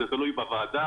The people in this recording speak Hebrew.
זה תלוי בוועדה,